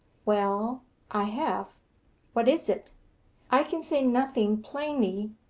well i have what is it i can say nothing plainly,